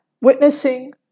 Witnessing